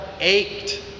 ached